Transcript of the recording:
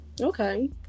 Okay